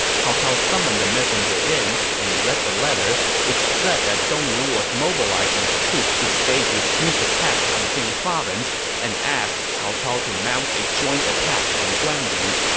cao cao summoned the messenger in and read the letter, which said that dongwu was mobilizing its troops to stage a sneak attack on jing province and asked cao cao to mount a joint attack on guan yu